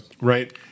Right